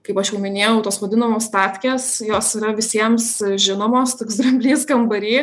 kaip aš jau minėjau tos vadinamos stafkės jos yra visiems žinomos toks dramblys kambary